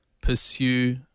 Pursue